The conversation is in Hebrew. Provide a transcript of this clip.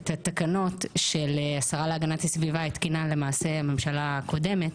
את התקנות של הגנת הסביבה התקינה הממשלה הקודמת